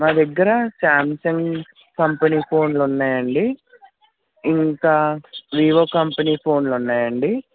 మా దగ్గర Samsung company ఫోన్లున్నాయండి ఇంకా వీవో కంపెనీ ఫోన్లున్నాయండి